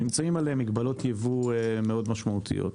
שנמצאים עליהם מגבלות ייבוא מאוד משמעותיות.